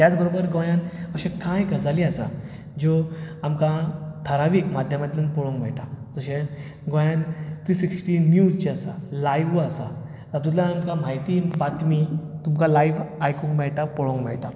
त्याच बरोबर गोंयांत अश्यो कांय गजाली आसा ज्यो आमकां थारावीक माध्यमांतल्यान पळोवंक मेळटा जशें गोंयांत थ्री सिक्सटी न्यूज जें आसा लायव्ह आसा तातुंतल्यान आमकां म्हायती बातमी तुमकां लायव्ह आयकूंक मेळटा पळोवंक मेळटा